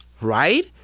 right